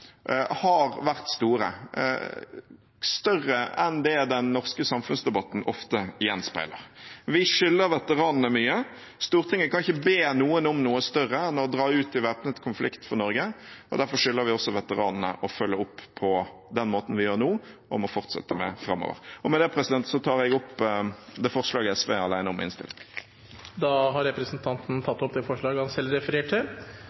har vært store, større enn det den norske samfunnsdebatten ofte gjenspeiler. Vi skylder veteranene mye. Stortinget kan ikke be noen om noe større enn å dra ut i væpnet konflikt for Norge. Derfor skylder vi veteranene å følge opp på den måten som vi gjør nå og må fortsette med framover. Med det tar jeg opp det forslaget SV er alene om i innstillingen. Representanten Audun Lysbakken har tatt opp det forslaget han refererte